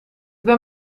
ben